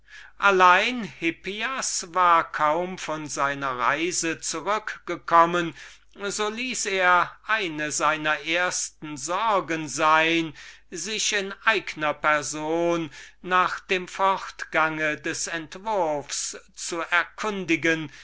allein hippias war kaum von seiner reise zurückgekommen so ließ er eine seiner ersten sorgen sein sich in eigner person nach dem fortgang des entwurfs zu erkundigen